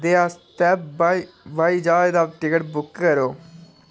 दे आस्तै ब्हाई ज्हाज दा टिकट बुक करो